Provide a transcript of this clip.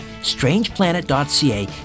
strangeplanet.ca